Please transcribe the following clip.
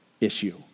issue